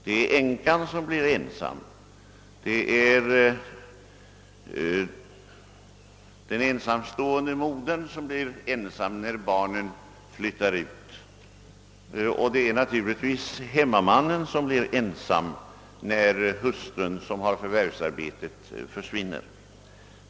Det gäller änkan som blir ensam eller den ensamstående modern vars barn flyttar hemifrån och naturligtvis även hemmamannen vars förvärvsarbetande hustru går bort.